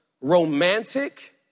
romantic